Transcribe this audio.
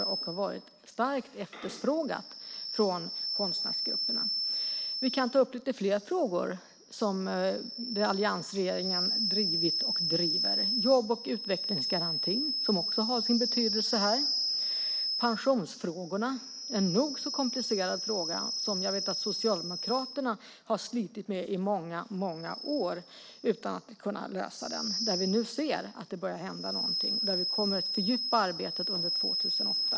Det har varit starkt efterfrågat från konstnärsgrupperna. Vi kan ta upp lite fler frågor som alliansregeringen drivit och driver. Jobb och utvecklingsgaranti har också sin betydelse här. Pensionerna är en nog så komplicerad fråga som jag vet att Socialdemokraterna har slitit med i många år utan att kunna lösa. Där ser vi nu att det börjar hända någonting. Vi kommer att fördjupa det arbetet under 2008.